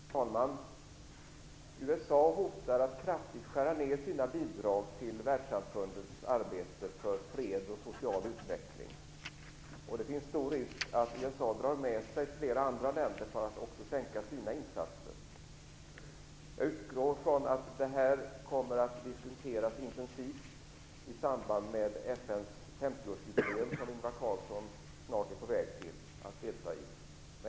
Fru talman! USA hotar att kraftigt skära ner sina bidrag till världssamfundets arbete för fred och social utveckling. Risken är stor att USA drar med sig flera andra länder när det gäller att minska sina insatser. Jag utgår från att detta kommer att intensivt diskuteras i samband med FN:s 50-årsjubileum som Ingvar Carlsson snart är på väg till för att delta i.